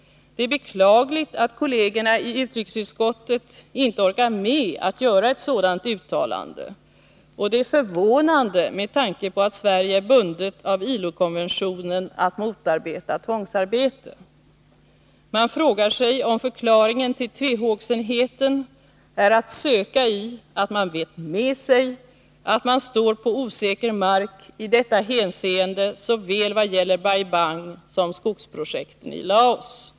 Det är beklagligt att kollegerna i utrikesutskottet inte orkat med att göra ett sådant uttalande, och det är förvånande med tanke på att Sverige är bundet av ILO-konventionen att motarbeta tvångsarbete. Man frågar sig om förklaringen till tvehågsenheten är att söka i att man vet med sig att man står på osäker mark i detta hänseende vad gäller såväl Bai Bang som skogsprojekten i Laos.